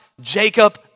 Jacob